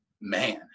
man